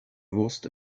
wurst